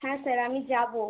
হ্যাঁ স্যার আমি যাবো